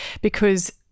because-